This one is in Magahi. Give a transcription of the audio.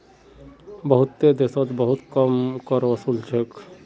बहुतेते देशोत बहुत कम कर वसूल छेक